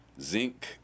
zinc